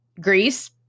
Greece